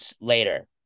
later